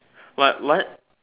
what what